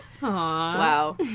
wow